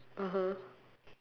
(uh huh)